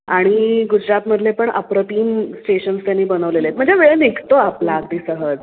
आणि गुजरातमधले पण अप्रतिम स्टेशन्स त्यांनी बनवलेले आहेत म्हणजे वेळ निघतो आपला अगदी सहज